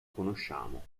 conosciamo